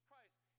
christ